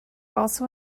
also